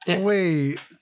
wait